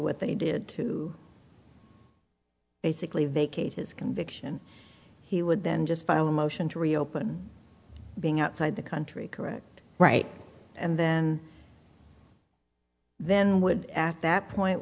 with the aid basically vacate his conviction he would then just file a motion to reopen being outside the country correct right and then then would at that point